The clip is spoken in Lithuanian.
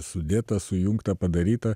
sudėta sujungta padaryta